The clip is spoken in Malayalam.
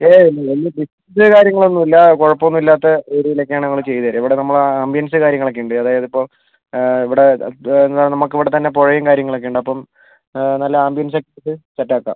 ഏയ് വലിയ വലിയ കാര്യങ്ങൾ ഒന്നും ഇല്ല കുഴപ്പം ഒന്നും ഇല്ലാത്ത ഏരിയയിൽ ഒക്കെയാണ് നമ്മൾ ചെയ്തുതരിക ഇവിടെ നമ്മള ആംബിയൻസ് കാര്യങ്ങൾ ഒക്കെ ഉണ്ട് അതായത് ഇപ്പം ഇവിടെ ദേ എന്നാൽ നമുക്ക് ഇവിടെത്തന്നെ പുഴയും കാര്യങ്ങൾ ഒക്കെ ഉണ്ട് അപ്പം നല്ല ആംബിയൻസ് ആക്കിയിട്ട് സെറ്റ് ആക്കാം